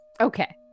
Okay